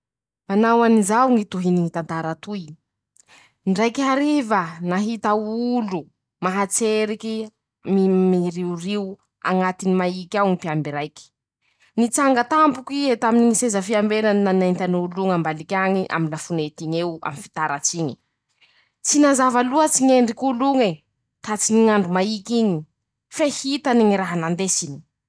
Manao anizao ñy tohiny ñy tantara toy: -"Ndraiky hariva ,nahita olo, mahatseriky mi miriorio añatiny maiky ao ñy mpiamby raiky ;nitsanga tampoky ie taminy ñy seza fiambenany nanenty an'olo oñy ambaliky añy aminy lafonety iñy eo aminy fitaratsy iñy, tsy nazava loatsy ñy endrik'olo oñe tratsiny ñ'andro maiky iñy? fe hitany ñy raha nandesiny".